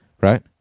Right